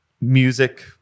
music